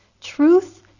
Truth